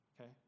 okay